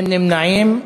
אין נמנעים.